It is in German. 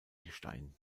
gestein